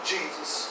Jesus